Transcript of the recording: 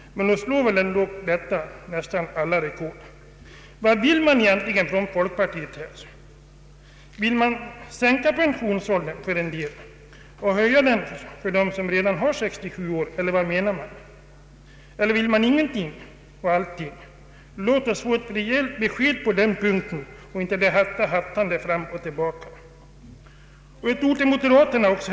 Men nog slår väl ändå detta nästan alla rekord. Vad vill man egentligen från folkpartiets sida? Vill man sänka pensionsåldern för en del människor och höja den för dem som redan har 67 år som åldersgräns, eller vad menar man? Vill man ingenting och allting? Låt oss få ett rejält besked på den punkten och inte detta hattande fram och tillbaka. Så några ord till moderaterna också.